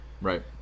Right